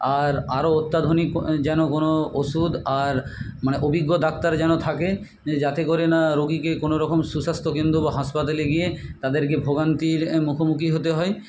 আর আরও অত্যাধুনিক ও যেন কোনো ওষুধ আর মানে অভিজ্ঞ ডাক্তার যেন থাকে যাতে করে না রোগীকে কোনো রকম সুস্বাস্থ্য কেন্দ্র বা হাঁসপাতালে গিয়ে তাদেরকে ভোগান্তির মুখোমুখি হতে হয়